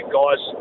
guys